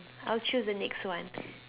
I'll choose the next one